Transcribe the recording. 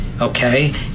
okay